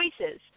choices